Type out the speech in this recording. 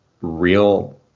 real